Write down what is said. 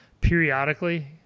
periodically